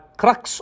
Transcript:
crux